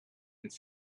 and